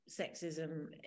sexism